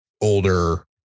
older